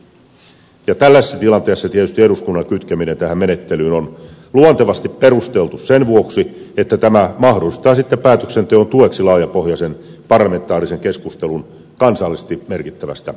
tällaisessa tilanteessa tietysti eduskunnan kytkeminen tähän menettelyyn on luontevasti perusteltu sen vuoksi että tämä mahdollistaa sitten päätöksenteon tueksi laajapohjaisen parlamentaarisen keskustelun kansallisesti merkittävästä asiasta